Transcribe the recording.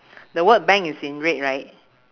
the word bank is in red right